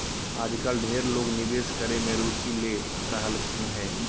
आजकल ढेर लोग निवेश करे मे रुचि ले रहलखिन हें